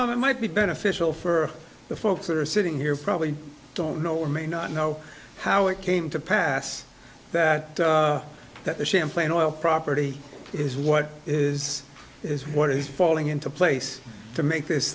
that might be beneficial for the folks that are sitting here probably don't know or may not know how it came to pass that that the champlain oil property is what is is what is falling into place to make this